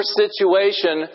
situation